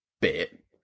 bit